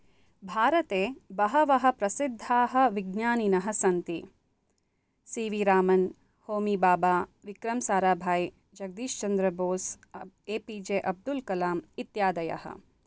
भारते बहवः प्रसिद्धाः विज्ञानिनः सन्ति C V Raman Homi Bhabha Vikram Sarabhai Jagadish Chandra Bose A P J Abdul Kalam इत्यादयः